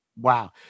Wow